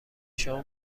شما